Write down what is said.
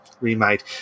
remade